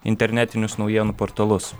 internetinius naujienų portalus